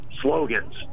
slogans